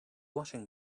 washing